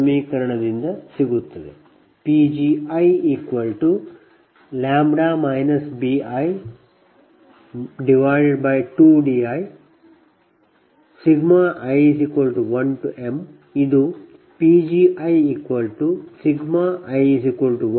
ಸಮೀಕರಣ 10 ರಿಂದ ಇದು ಸಿಗುತ್ತದೆ